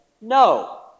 no